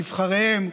נבחריהם,